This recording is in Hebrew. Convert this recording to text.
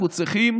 אנחנו צריכים